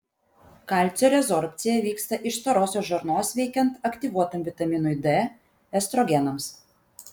kalcio rezorbcija vyksta iš storosios žarnos veikiant aktyvuotam vitaminui d estrogenams